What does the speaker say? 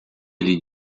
ele